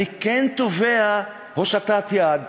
אני כן תובע הושטת יד.